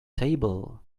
table